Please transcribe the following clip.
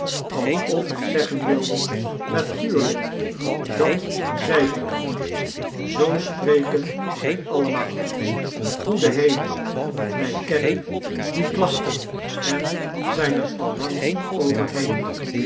alsof hij zeggen wilde natuurlijk dat zei ik al zoo spreken zij allemaall goede hemel wij kennen die klachten en zijn er al lang over